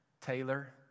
Taylor